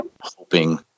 hoping